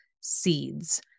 seeds